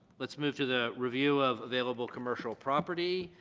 let's move to the review of available commercial property,